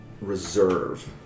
reserve